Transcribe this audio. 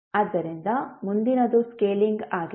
ಆದ್ದರಿಂದ ಮುಂದಿನದು ಸ್ಕೇಲಿಂಗ್ ಆಗಿದೆ